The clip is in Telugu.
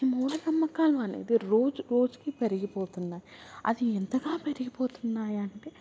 మూఢనమ్మకాలు అనేది రోజు రోజుకి పెరిగిపోతున్నాయి అది ఎంతగా పెరిగిపోతున్నాయి అంటే